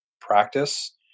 practice